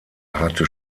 hatte